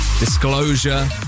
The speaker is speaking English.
Disclosure